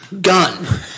Gun